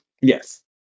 Yes